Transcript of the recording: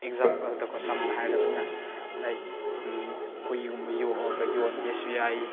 ꯑꯦꯛꯖꯥꯝꯄꯜꯗꯀꯣ ꯁꯝꯅ ꯍꯥꯏꯔꯕꯗ ꯂꯥꯏꯛ ꯍꯨꯏꯒꯨꯝꯕ ꯌꯣꯛꯑꯒ ꯌꯣꯟꯒꯦꯁꯨ ꯌꯥꯏ